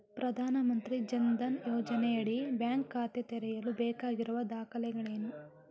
ಪ್ರಧಾನಮಂತ್ರಿ ಜನ್ ಧನ್ ಯೋಜನೆಯಡಿ ಬ್ಯಾಂಕ್ ಖಾತೆ ತೆರೆಯಲು ಬೇಕಾಗಿರುವ ದಾಖಲೆಗಳೇನು?